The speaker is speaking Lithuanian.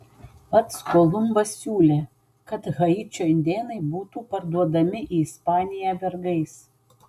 pats kolumbas siūlė kad haičio indėnai būtų parduodami į ispaniją vergais